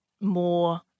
more